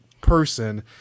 person